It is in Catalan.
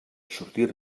sortir